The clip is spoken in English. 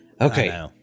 Okay